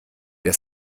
der